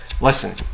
Listen